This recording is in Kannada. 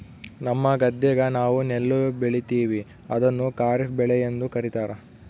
ನಮ್ಮ ಗದ್ದೆಗ ನಾವು ನೆಲ್ಲು ಬೆಳೀತೀವಿ, ಅದನ್ನು ಖಾರಿಫ್ ಬೆಳೆಯೆಂದು ಕರಿತಾರಾ